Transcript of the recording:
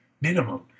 minimum